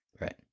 Right